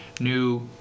new